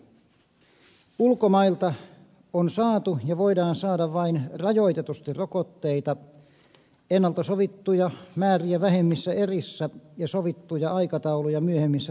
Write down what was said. ulkomailta on saatu ja voidaan saada vain rajoitetusti rokotteita ennalta sovittuja määriä vähemmissä erissä ja sovittuja aikatauluja myöhemmissä toimitusaikatauluissa